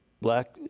black